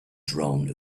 drone